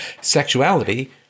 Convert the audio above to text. Sexuality